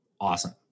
awesome